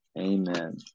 Amen